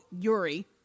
Yuri